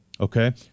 Okay